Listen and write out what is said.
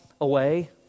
away